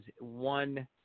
one